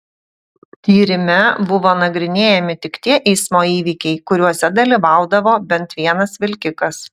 tyrime buvo nagrinėjami tik tie eismo įvykiai kuriuose dalyvaudavo bent vienas vilkikas